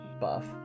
buff